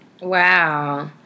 Wow